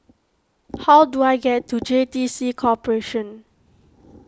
how do I get to J T C Corporation